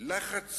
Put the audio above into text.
לחץ